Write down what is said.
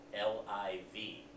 L-I-V